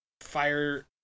fire